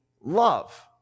love